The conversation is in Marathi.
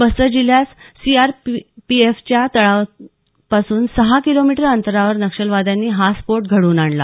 बस्तर जिल्ह्यात सीआरपीएफच्या तळापासून सहा किलोमीटर अंतरावर नक्षलवाद्यांनी हा स्फोट घडवून आणला